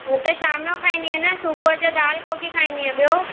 हुहो त शाम जो खाईंदीअं न सुबुह जो दालि कोकी खाईंदीअ ॿियो